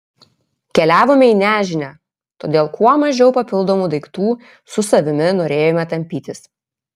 keliavome į nežinią todėl kuo mažiau papildomų daiktų su savimi norėjome tampytis